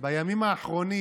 בימים האחרונים